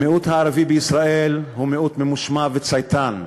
המיעוט הערבי בישראל הוא מיעוט ממושמע וצייתן,